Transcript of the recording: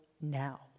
now